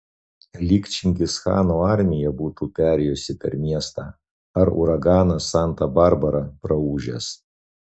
lyg čingischano armija būtų perėjusi per miestą ar uraganas santa barbara praūžęs